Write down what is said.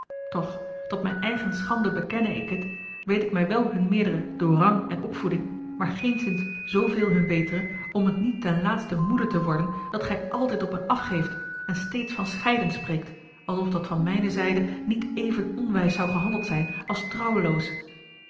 toch tot mijn eigen schande bekenne ik het weet ik mij wel hun meerdere door rang en opvoeding maar geenszins zooveel hun betere om het niet ten a l g bosboom-toussaint de delftsche wonderdokter eel moede te worden dat gij altijd op hen afgeeft en steeds van scheiden spreekt alsof dat van mijne zijde niet even onwijs zou gehandeld zijn als